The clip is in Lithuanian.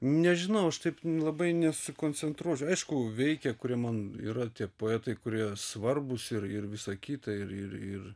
nežinau aš taip labai nesusikoncentruosiu aišku veikia kurie man yra tie poetai kurie svarbūs ir ir visa kita ir ir ir